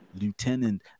Lieutenant